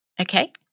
Okay